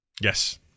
Yes